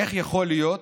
איך יכול להיות